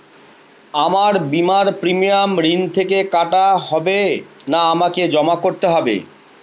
আমার বিমার প্রিমিয়াম ঋণ থেকে কাটা হবে না আমাকে জমা করতে হবে?